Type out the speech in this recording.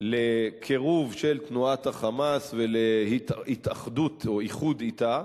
לקירוב של תנועת ה"חמאס" ולהתאחדות או איחוד אתה.